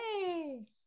Yay